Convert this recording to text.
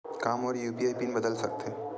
का मोर UPI PIN बदल सकथे?